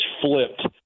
flipped